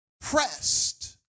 pressed